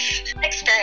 experience